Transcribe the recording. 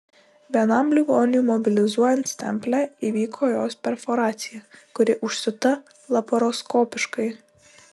vienam ligoniui mobilizuojant stemplę įvyko jos perforacija kuri užsiūta laparoskopiškai